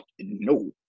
No